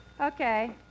Okay